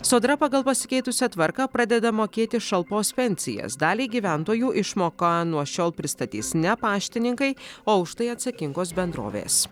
sodra pagal pasikeitusią tvarką pradeda mokėti šalpos pensijas daliai gyventojų išmoką nuo šiol pristatys ne paštininkai o už tai atsakingos bendrovės